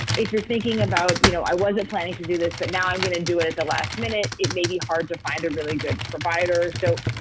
if you're thinking about, you know, i wasn't planning to do this, but now i'm going to do it at the last minute. it may be hard to find a really good provider. so,